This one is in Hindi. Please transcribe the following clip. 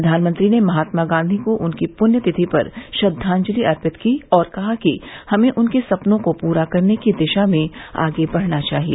प्रधानमंत्री ने महात्मा गांधी को उनकी पुण्यतिथि पर श्रद्वांजलि अर्पित की और कहा कि हमें उनके सपनों को पूरा करने की दिशा में बढना चाहिए